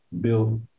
built